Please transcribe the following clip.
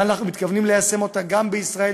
ואנחנו מתכוונים ליישם אותה גם בישראל,